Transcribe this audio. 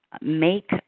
make